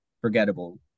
forgettable